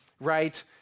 right